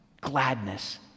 gladness